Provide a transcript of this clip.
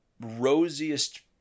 rosiest